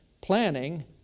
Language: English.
planning